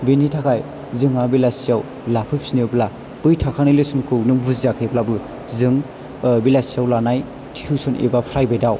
बेनि थाखाय जोंहा बेलासियाव लाफैफिनोब्ला बै थाखानाय लेसन खौ नों बुजियाखैब्लाबो जों बेलासियाव लानाय टिउसन एबा प्राइभेट आव